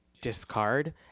discard